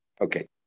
Okay